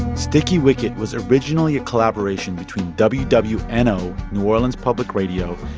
sticky wicket was originally a collaboration between wwno wwno new orleans public radio,